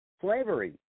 Slavery